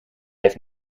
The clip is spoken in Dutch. heeft